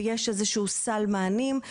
ויש איזשהו סל מענים.